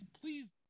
Please